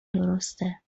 درسته